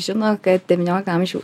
žino kad devynioliktą amžių